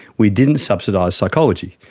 we didn't subsidise psychology.